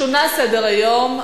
שונה סדר-היום.